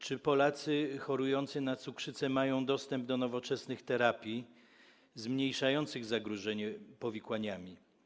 Czy Polacy chorujący na cukrzycę mają dostęp do nowoczesnych terapii zmniejszających zagrożenie powikłaniami?